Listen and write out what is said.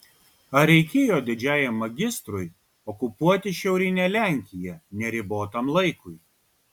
ar reikėjo didžiajam magistrui okupuoti šiaurinę lenkiją neribotam laikui